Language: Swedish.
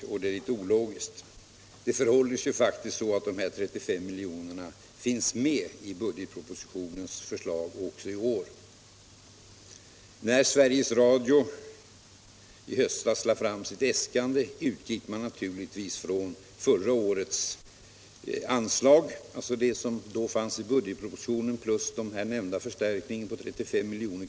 Det är dessutom en smula ologiskt. Det förhåller sig ju faktiskt så att de här 35 miljonerna finns med i budgetpropositionens förslag också i år. När Sveriges Radio i höstas lade fram sitt äskande, utgick man naturligtvis ifrån förra årets anslag, alltså det som då fanns i budgetpropositionen plus den nämnda förstärkningen på 35 miljoner.